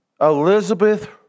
Elizabeth